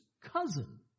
cousin